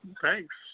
Thanks